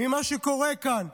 ממה שקורה כאן.